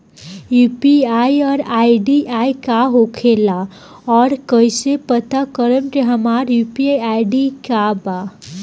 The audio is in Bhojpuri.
यू.पी.आई आई.डी का होखेला और कईसे पता करम की हमार यू.पी.आई आई.डी का बा?